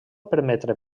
permetre